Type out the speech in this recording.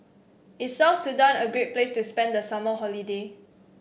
is South Sudan a great place to spend the summer holiday